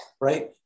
right